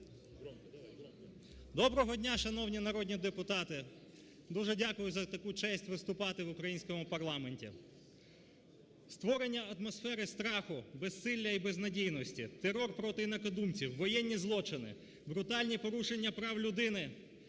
Доброго дня, шановні народні депутати! Дуже дякую за таку честь виступати в українському парламенті. Створення атмосфери страху, безсилля і безнадійності, терор проти інакодумців, воєнні злочині, брутальні порушення прав людини,